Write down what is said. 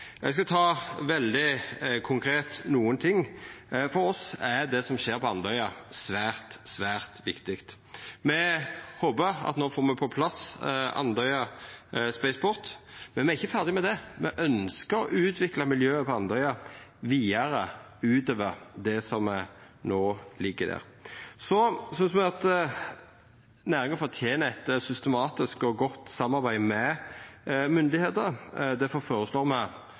Eg skal ta nokre ting veldig konkret. For oss er det som skjer på Andøya, svært viktig. Me håpar at me no får på plass Andøya Spaceport, men me er ikkje ferdig med det. Me ønskjer å utvikla miljøet på Andøya vidare, ut over det som no ligg der. Så synest me at næringa fortener eit systematisk og godt samarbeid med myndigheitene. Difor føreslår me